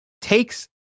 takes